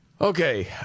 Okay